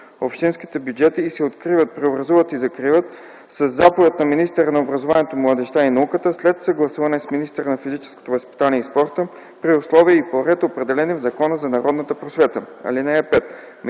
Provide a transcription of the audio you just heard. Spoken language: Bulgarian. общинските бюджети и се откриват, преобразуват и закриват със заповед на министъра на образованието, младежта и науката, след съгласуване с министъра на физическото възпитание и спорта, при условия и по ред, определени в Закона за народната просвета. (5)